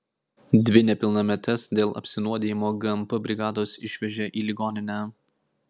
dvi nepilnametes dėl apsinuodijimo gmp brigados išvežė į ligoninę